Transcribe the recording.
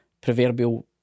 proverbial